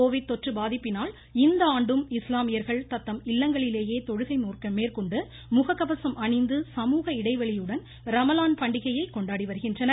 Covid தொற்று பாதிப்பினால் இந்தாண்டும் இஸ்லாமியர்கள் தத்தம் இல்லங்களிலேயே தொழுகை மேற்கொண்டு முகக்கவசம் அணிந்து சமூக இடைவெளியுடன் ரமலான் பண்டிகையை கொண்டாடி வருகின்றனர்